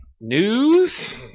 News